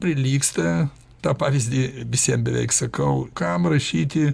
prilygsta tą pavyzdį visiem beveik sakau kam rašyti